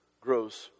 grows